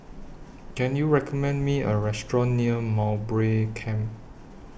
Can YOU recommend Me A Restaurant near Mowbray Camp